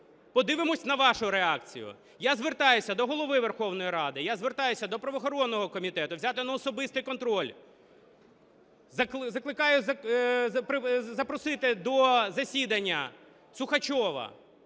подивимось на вашу реакцію. Я звертаюся до Голови Верховної Ради, я звертаюся до правоохоронного комітету взяти на особистий контроль. Закликаю запросити до засідання Сухачова.